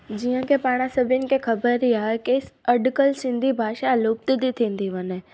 जीअं की पाणि सभिनी खे ख़बर ई आहे की अॼुकल्ह सिंधी भाषा लुप्त थी थींदी वञे